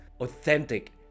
authentic